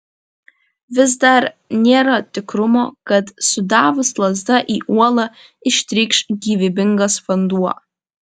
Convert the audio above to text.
vis dar nėra tikrumo kad sudavus lazda į uolą ištrykš gyvybingas vanduo